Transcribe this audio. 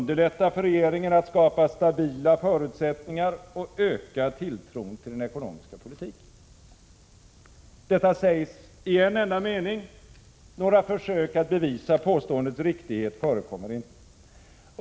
Detta sägs i en enda mening, och några försök att bevisa påståendets riktighet förekommer inte.